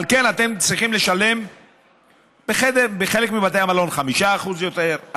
על כן אתם צריכים לשלם בחלק מבתי המלון 5% יותר,